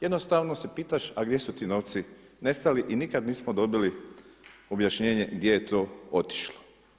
Jednostavno se pitaš a gdje su ti novci nestali i nikad nismo dobili objašnjenje gdje je to otišlo.